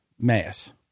mass